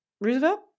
Roosevelt